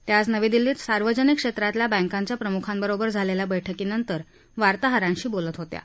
त्या आज नवी दिल्लीत सार्वजनिक क्षेत्रातल्या बँकांच्या प्रमुखांबरोबर झालेल्या बळकीनंतर वार्ताहरांशी बोलत होत्या